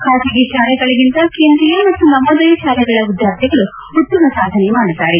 ಖಾಸಗಿ ಶಾಲೆಗಳಿಗಿಂತ ಕೇಂದ್ರೀಯ ಮತ್ತು ನವೋದಯ ಶಾಲೆಗಳ ವಿದ್ವಾರ್ಥಿಗಳು ಉತ್ತಮ ಸಾಧನೆ ಮಾಡಿದ್ದಾರೆ